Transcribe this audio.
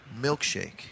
milkshake